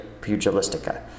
Pugilistica